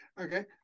okay